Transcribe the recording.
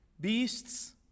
beasts